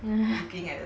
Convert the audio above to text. uh